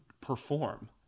perform